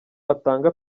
atanga